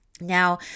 Now